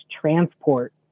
transport